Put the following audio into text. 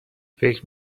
فکر